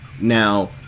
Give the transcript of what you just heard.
now